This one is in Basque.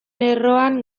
lerroan